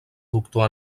doctor